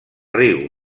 riu